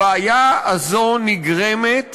הבעיה הזאת נגרמת